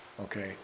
okay